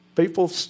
People